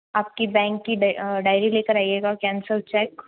आपकी बैंक की डायरी लेकर आइयेगा कैंसल चेक